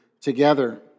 together